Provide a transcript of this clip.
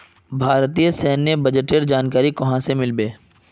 भारतेर सैन्य बजटेर बारे जानकारी कुहाँ से मिल बे